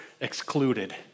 excluded